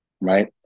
right